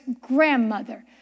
grandmother